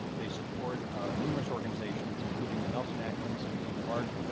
they support numerous organizations including the nelson-atkins museum of art,